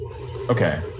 Okay